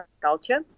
culture